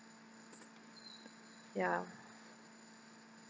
ya